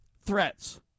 threats